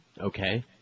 Okay